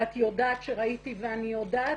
ואת יודעת שראיתי ואני יודעת,